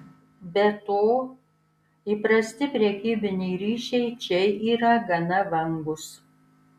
be to įprasti prekybiniai ryšiai čia yra gana vangūs